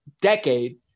decade